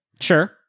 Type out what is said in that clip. Sure